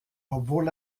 obwohl